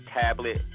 tablet